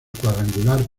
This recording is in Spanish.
cuadrangular